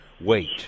wait